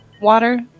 Water